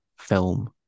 film